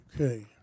Okay